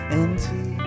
empty